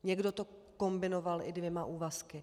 Někdo to kombinoval i dvěma úvazky.